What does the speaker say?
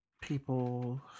People